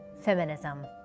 feminism